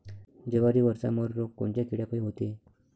जवारीवरचा मर रोग कोनच्या किड्यापायी होते?